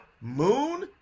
Moon